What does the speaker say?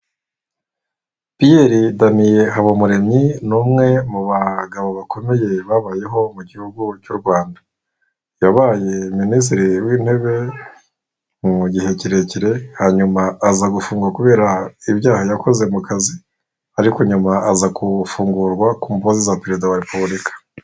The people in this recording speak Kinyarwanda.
Pierre Damien Habumuremyi ni umwe mu bagabo bakomeye babayeho mu gihugu cy'u Rwanda, yabaye minisiitiri w'intebe mu gihe kirekire, hanyuma aza gufungwa kubera ibyaha yakoze mu kazi, ariko nyuma aza gufungurwa ku mbabazi za perezida wa repubulika.